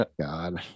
God